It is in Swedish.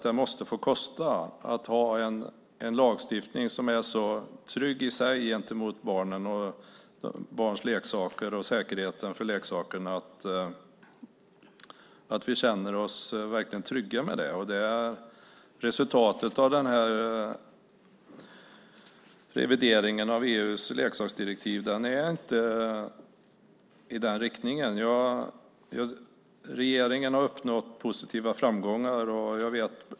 Det måste få kosta att ha en sådan lagstiftning gentemot barnen när det gäller leksaker och säkerhet att vi verkligen kan känna oss trygga med den. Resultatet av den här revideringen av EU:s leksaksdirektiv går inte i den riktningen. Regeringen har uppnått positiva framgångar.